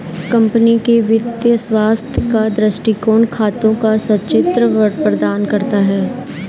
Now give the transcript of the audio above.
company के वित्तीय स्वास्थ्य का दृष्टिकोण खातों का संचित्र प्रदान करता है